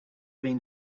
been